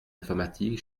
informatique